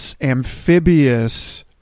amphibious